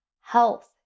health